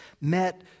met